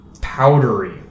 powdery